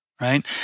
Right